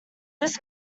this